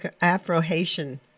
Afro-Haitian